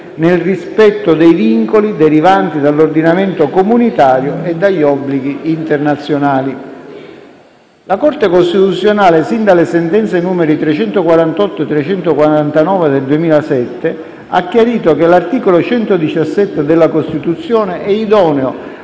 "nel rispetto dei vincoli derivanti dall'ordinamento comunitario e dagli obblighi internazionali". La Corte Costituzionale sin dalle sentenze numeri 348 e 349 del 2007 ha chiarito che l'articolo 117 della Costituzione è idoneo